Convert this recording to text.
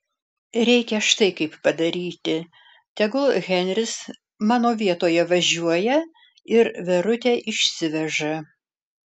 reikia štai kaip padaryti tegul henris mano vietoje važiuoja ir verutę išsiveža